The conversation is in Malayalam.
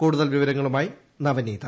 കൂടുതൽ വിവരങ്ങളുമായി നവനീത